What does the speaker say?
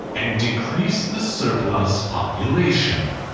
and decrease the surplus population.